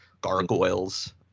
Gargoyles